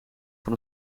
van